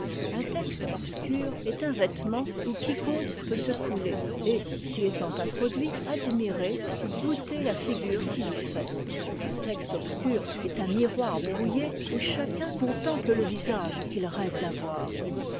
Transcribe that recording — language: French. un texte obscur est un vêtement où quiconque peut se couler et s'y étant introduit admirer ou goûter la figure qu'il y fait un texte obscur est un miroir brouillé où chacun contemple le visage qu'il rêve d'avoir